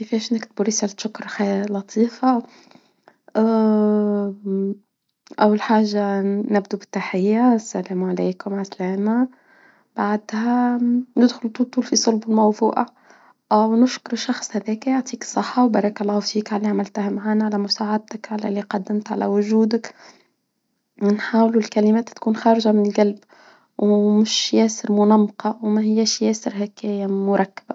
كيفاش نكتب بوليسة شكر خير لطيفة؟ أول حاجة نبدو بالتحية، السلام عليكم عاسلامة. بعدها م ندخل بطول في صلب الموفوقة، أو نشكر الشخص هذاك يعطيك الصحة، وبارك الله يعطيك على عملتها معانا على مساعدتك على إللي قدمت على وجودك، بنحاول الكلمات تكون خارجة من القلب ومش ياسر منامقة، وما هياش ياسر هكايا مركبة.